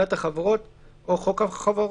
פקודת החברות או חוק החברות,".